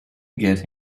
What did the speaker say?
get